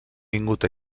vingut